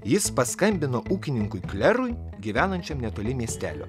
jis paskambino ūkininkui klerui gyvenančiam netoli miestelio